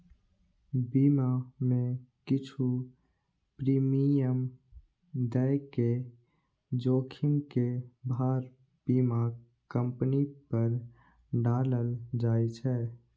बीमा मे किछु प्रीमियम दए के जोखिम के भार बीमा कंपनी पर डालल जाए छै